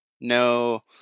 no